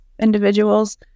individuals